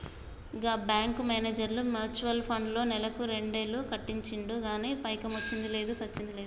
గా bank manager mutual ఫండ్లో నెలకు రెండేలు కట్టించిండు గానీ పైకమొచ్చ్చింది లేదు, సచ్చింది లేదు